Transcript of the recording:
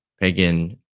pagan